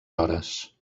hores